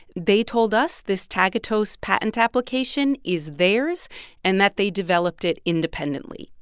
they told us this tagatose patent application is theirs and that they developed it independently.